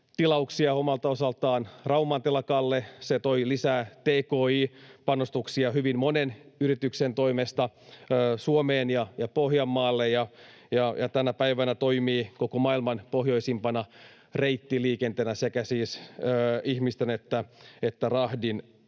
tilauksia omalta osaltaan Rauman telakalle. Se toi lisää tki-panostuksia hyvin monen yrityksen toimesta Suomeen ja Pohjanmaalle ja tänä päivänä toimii koko maailman pohjoisimpana reittiliikenteenä sekä ihmisten että rahdin